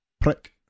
Prick